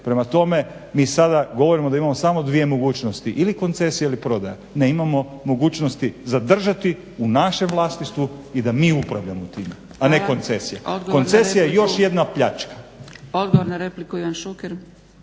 Prema tome, mi sada govorimo da imamo samo dvije mogućnosti ili koncesije ili prodaje. Ne, imamo mogućnosti zadržati u našem vlasništvu i da mi upravljamo time, a ne koncesija. Koncesija je još jedna pljačka. **Zgrebec, Dragica